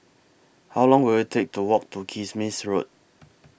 How Long Will IT Take to Walk to Kismis Road